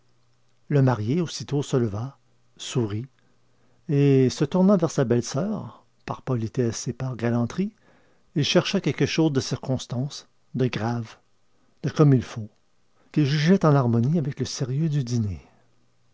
le marié aussitôt se leva sourit et se tournant vers sa belle-soeur par politesse et par galanterie il chercha quelque chose de circonstance de grave de comme il faut qu'il jugeait en harmonie avec le sérieux du dîner